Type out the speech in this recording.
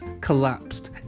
collapsed